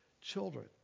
children